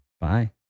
Bye